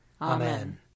Amen